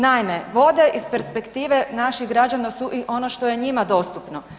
Naime, vode iz perspektive naših građana su i ono što je njima dostupno.